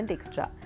Extra